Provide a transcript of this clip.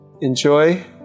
Enjoy